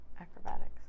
acrobatics